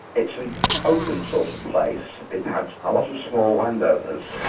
it's an open sort of place it had a lot of small landowners,